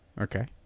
Okay